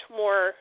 more –